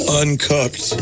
uncooked